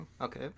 Okay